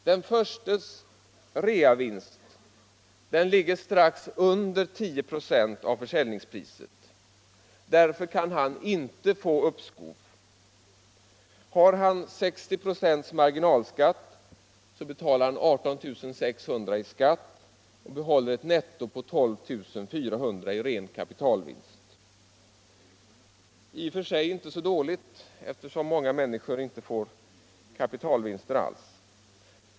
Den förstes reavinst ligger strax under 10 96 av försäljningspriset. Därför kan den personen inte få uppskov. Har han 60 26 marginalskatt betalar han 18 600 kr. i skatt och behåller 12 400 kr. i ren kapitalvinst — i och för sig inte så dåligt, eftersom många människor inte får kapitalvinster alls.